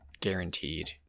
Guaranteed